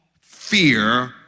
fear